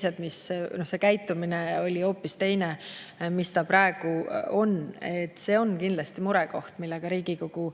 see käitumine oli hoopis teine, mis ta praegu on. See on kindlasti murekoht, millega Riigikogu